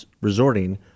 resorting